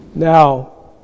Now